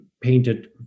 painted